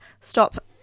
stop